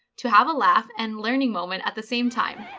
to have a laugh and learning moment at the same time.